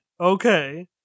Okay